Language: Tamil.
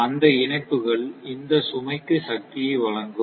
அந்த இணைப்புகள் இந்த சுமைக்கு சக்தியை வழங்கும்